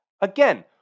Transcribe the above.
Again